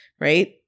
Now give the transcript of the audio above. right